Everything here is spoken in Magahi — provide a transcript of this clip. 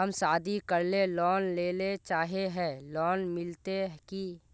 हम शादी करले लोन लेले चाहे है लोन मिलते की?